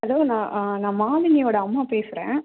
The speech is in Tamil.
ஹலோ நான் நான் மாலினியோட அம்மா பேசுகிறேன்